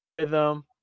rhythm